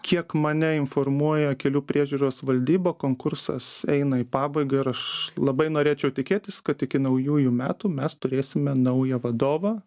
kiek mane informuoja kelių priežiūros valdyba konkursas eina į pabaigą ir aš labai norėčiau tikėtis kad iki naujųjų metų mes turėsime naują vadovą